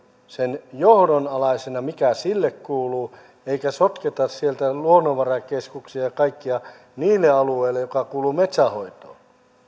sen johdon alaisena mikä sille kuuluu eikä sotketa sieltä luonnonvarakeskuksia ja ja kaikkia niille alueille jotka kuuluvat metsänhoitoon